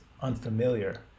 unfamiliar